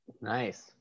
Nice